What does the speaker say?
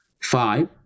Five